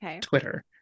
Twitter